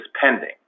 pending